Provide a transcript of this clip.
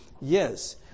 Yes